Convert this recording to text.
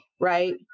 right